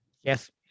yes